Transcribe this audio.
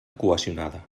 cohesionada